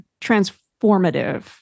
transformative